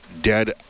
dead